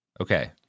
Okay